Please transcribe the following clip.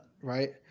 right